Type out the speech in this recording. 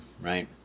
right